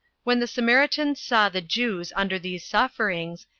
when the samaritans saw the jews under these sufferings,